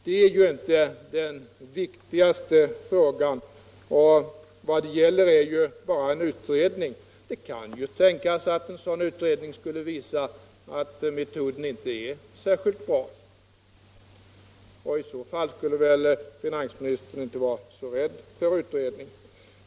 Det är ju inte den viktigaste frågan. Vad det gäller är ju bara en utredning. Det kan tänkas — fast jag tror det inte — att en sådan utredning skulle visa att metoden inte är särskilt bra. I så fall skulle väl finansministern inte vara så rädd för utredning.